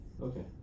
Okay